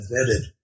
invented